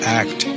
act